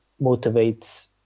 motivates